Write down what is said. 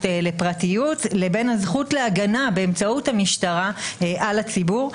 לפרטיות לבין הזכות להגנה באמצעות המשטרה על הציבור,